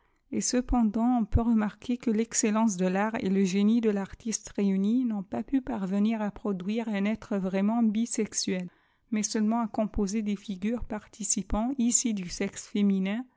et cependant on peut remarquer que texcellence de tah et le génie de tartiste réunie n'ont pu parvenir à pioduire un être vraiment bissexuel mais seulement à cooposer des figures participant toi du sexe féminin